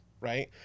right